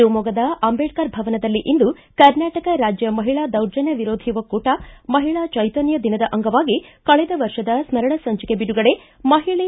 ಶಿವಮೊಗ್ಗದ ಅಂಬೇಡ್ಕರ್ ಭವನದಲ್ಲಿ ಇಂದು ಕರ್ನಾಟಕ ರಾಜ್ಯ ಮಹಿಳಾ ದೌರ್ಜನ್ನ ವಿರೋಧಿ ಒಕ್ಕೂಟ ಮಹಿಳಾ ಚೈತನ್ನ ದಿನದ ಅಂಗವಾಗಿ ಕಳೆದ ವರ್ಷದ ಸ್ಪರಣ ಸಂಚಿಕೆ ಬಿಡುಗಡೆ ಮಹಿಳೆ